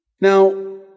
Now